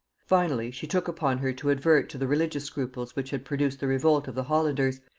finally, she took upon her to advert to the religious scruples which had produced the revolt of the hollanders,